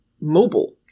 mobile